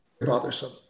bothersome